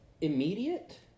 immediate